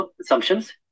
assumptions